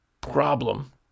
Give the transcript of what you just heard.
problem